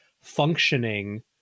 functioning